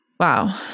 Wow